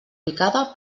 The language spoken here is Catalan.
picada